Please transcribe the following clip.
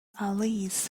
alice